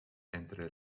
entre